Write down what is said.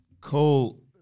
Cole